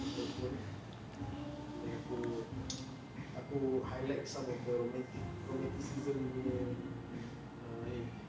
handphone then aku aku highlight some of the romantic romanticism punya ah ni